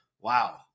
wow